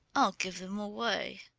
i'll give them away!